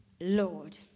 Lord